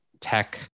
tech